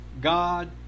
God